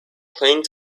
playing